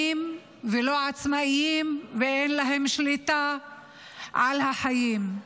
ולא עצמאיים ואין להם שליטה על החיים.